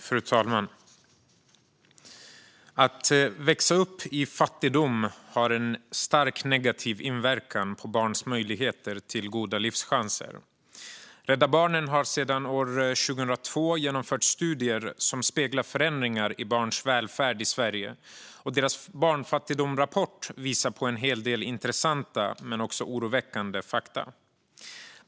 Fru talman! Att växa upp i fattigdom har en stark negativ inverkan på barns möjligheter till goda livschanser. Rädda Barnen har sedan år 2002 genomfört studier som speglar förändringar i barns välfärd i Sverige. Deras rapport om barnfattigdom visar på en hel del intressanta men också oroväckande fakta.